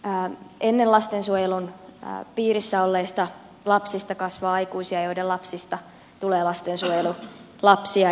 eli ennen lastensuojelun piirissä olleista lapsista kasvaa aikuisia joiden lapsista tulee lastensuojelulapsia